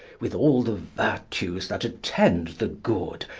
with all the vertues that attend the good,